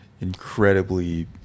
incredibly